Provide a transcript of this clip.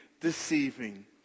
deceiving